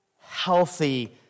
healthy